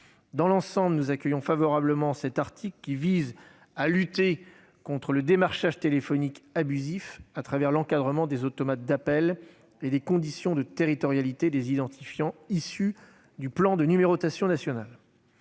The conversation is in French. Dans l'ensemble, nous accueillons favorablement cet article qui vise à lutter contre le démarchage téléphonique abusif au travers de l'encadrement des automates d'appels et des conditions de territorialité des identifiants issus du plan de numérotation national.